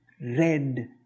red